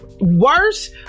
worse